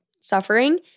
suffering